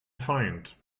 feind